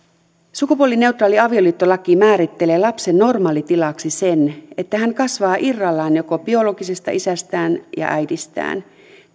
sukupuolineutraali avioliittolaki määrittelee lapsen normaalitilaksi sen että hän kasvaa irrallaan joko biologisesta isästään tai äidistään